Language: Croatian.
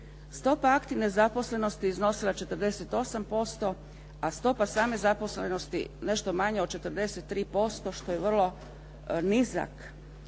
Stopa aktivne zaposlenosti iznosila je 48% a stopa same zaposlenosti nešto manje od 43% što je vrlo nizak.